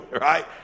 right